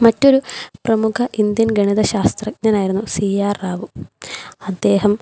മറ്റൊരു പ്രമുഖ ഇന്ത്യൻ ഗണിത ശാസ്ത്രജ്ഞനായിരുന്നു സി ആർ റാവു അദ്ദേഹം